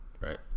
right